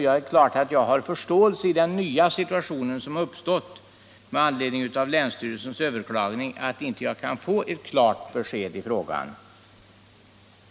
Jag har givetvis full förståelse för att jag i den nya situation som har uppstått med anledning av länsstyrelsens överklagande inte kan få ett klart besked i frågan.